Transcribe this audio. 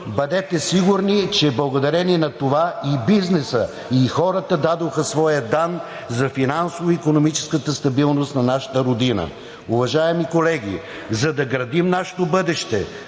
Бъдете сигурни, че благодарение на това и бизнесът, и хората дадоха своята дан за финансово-икономическата стабилност на нашата родина. Уважаеми колеги, за да градим нашето бъдеще